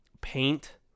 Paint